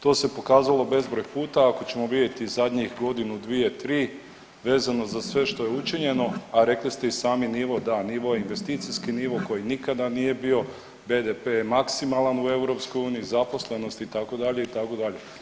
To se pokazalo bezbroj puta, ako ćemo vidjeti zadnjih godinu, dvije, tri, vezano za sve što je učinjeno, a rekli ste i sami nivo, da nivo, investicijski nivo koji nikada nije bio, BDP je maksimalan u EU, zaposlenost, itd., itd.